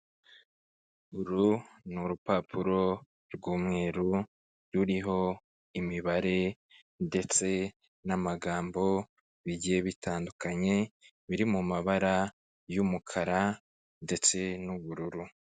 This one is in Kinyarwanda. Uru ni urupapuro rw'umweru ruriho imibare ndetse n'amagambo bigiye bitandukanye, biri mu mabara y'umukara ndetse n'ubururu.